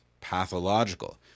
pathological